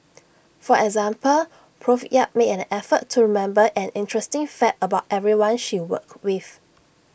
for example Prof yap made an effort to remember an interesting fact about everyone she worked with